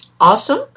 Awesome